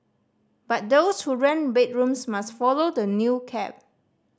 but those who rent bedrooms must follow the new cap